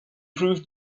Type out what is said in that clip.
proved